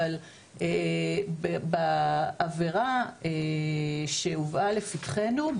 אבל בעבירה שהובאה לפתחינו,